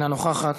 אינה נוכחת.